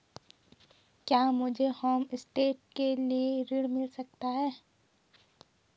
क्या मुझे होमस्टे के लिए ऋण मिल सकता है?